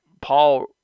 Paul